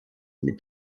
mit